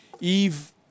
Eve